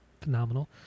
phenomenal